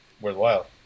worthwhile